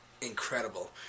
incredible